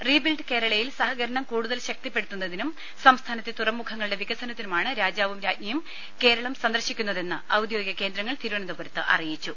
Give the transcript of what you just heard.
റി ബിൽഡ് കേരളയിൽ സഹകരണം കൂടുതൽ ശക്തിപ്പെടുത്തു ന്നതിനും സംസ്ഥാനത്തെ തുറമുഖങ്ങളുടെ വികസനത്തിനുമാണ് രാജാവും രാജ്ഞിയും കേരളം സന്ദർശിക്കുന്നതെന്ന് ഔദ്യോഗിക കേന്ദ്ര ങ്ങൾ തിരുവനന്തപുരത്ത് അറിയിച്ചു